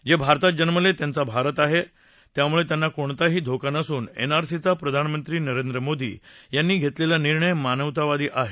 जे भारतात जन्मले त्यांचा भारत आहे त्यामुळे त्यांना कोणताही धोका नसून एनआरसीचा प्रधानमंत्री नरेंद्र मोदी यांनी घेतलेला निर्णय मानवतावादी आहे